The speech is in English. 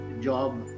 job